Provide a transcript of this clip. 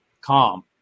calm